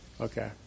Okay